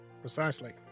Precisely